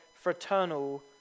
fraternal